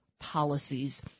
policies